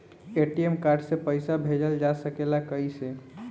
ATM card से पइसा भेजल जा सकेला कइसे?